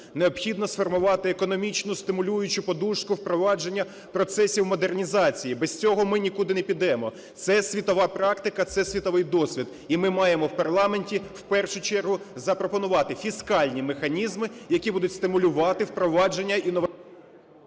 Необхідно сформувати економічну стимулюючу "подушку" впровадження процесів модернізації. Без цього ми нікуди не підемо. Це світова практика, це світовий досвід. І ми маємо в парламенті в першу чергу запропонувати фіскальні механізми, які будуть стимулювати впровадження…